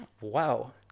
Wow